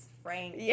Frank